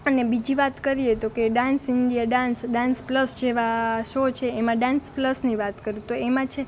અને બીજી વાત કરીએ તો કે ડાન્સ ઇન્ડિયા ડાન્સ પ્લસ જેવા શૉ છે એમાં ડાન્સ પ્લસની વાત કરું તો એમાં છે